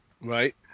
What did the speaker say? Right